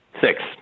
Six